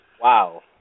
Wow